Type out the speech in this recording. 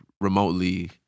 remotely